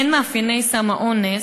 3. בין מאפייני סם האונס,